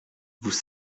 vous